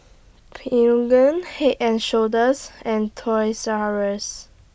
Peugeot Head and Shoulders and Toys R US